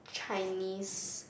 Chinese